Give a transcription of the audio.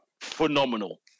phenomenal